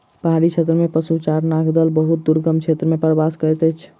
पहाड़ी क्षेत्र में पशुचारणक दल बहुत दुर्गम क्षेत्र में प्रवास करैत अछि